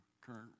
current